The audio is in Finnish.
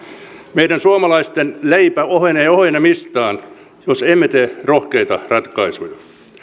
meidän suomalaisten leipä ohenee ohenemistaan jos emme tee rohkeita ratkaisuja